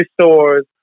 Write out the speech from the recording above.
stores